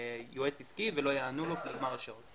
ליועץ עסקי ולא יענו לו כי נגמרו השעות.